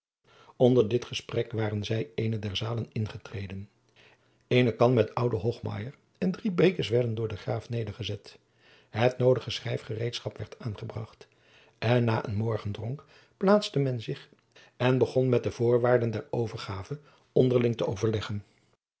onder dit gesprek waren zij eene der zalen ingetreden eene kan met ouden hochheimer en drie bekers werden voor den graaf nedergezet het noodige schrijfgereedschap werd aangebracht en na een morgendronk plaatste men zich en begon men de voorwaarden der overgave onderling te overleggen